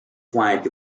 flank